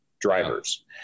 drivers